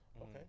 Okay